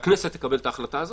שהכנסת תקבל את ההחלטה הזאת,